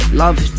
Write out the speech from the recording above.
love